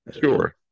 Sure